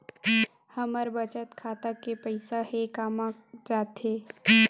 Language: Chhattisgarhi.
हमर बचत खाता के पईसा हे कामा जाथे?